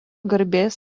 garbės